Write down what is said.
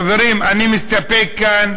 חברים, אני מסתפק בזה.